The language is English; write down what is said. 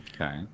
Okay